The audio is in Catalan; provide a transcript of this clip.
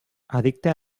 addicte